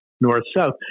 north-south